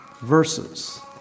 verses